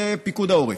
זה פיקוד העורף,